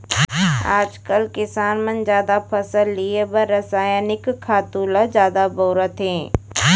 आजकाल किसान मन जादा फसल लिये बर रसायनिक खातू ल जादा बउरत हें